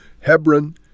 Hebron